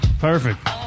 Perfect